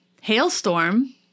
hailstorm